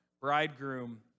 bridegroom